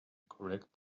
correct